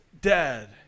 dead